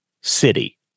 city